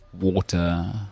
Water